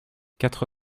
quatre